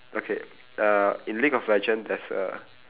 okay uh in league of legend there's a